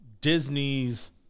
Disney's